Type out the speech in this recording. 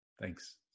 Thanks